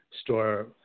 store